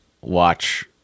watch